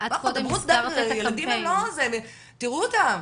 ילדים הם לא זה, תראו אותם,